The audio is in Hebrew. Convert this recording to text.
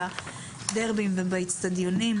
בדרבי ובאצטדיונים.